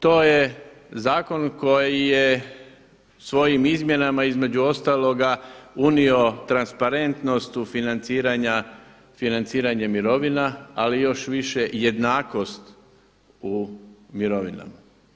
To je zakon koji je svojim izmjenama između ostaloga unio transparentnost u financiranju mirovina ali još više jednakost u mirovinama.